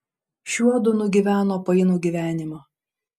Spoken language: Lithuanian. šiuodu nugyveno painų gyvenimą